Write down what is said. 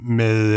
med